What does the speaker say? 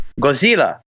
Godzilla